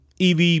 EV